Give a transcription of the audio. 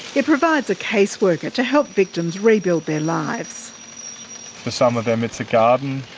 it provides a caseworker to help victims rebuild their lives. for some of them it's a garden,